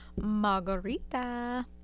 margarita